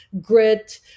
grit